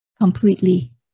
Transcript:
completely